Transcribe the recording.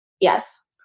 Yes